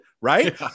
right